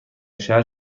شهر